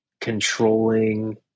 controlling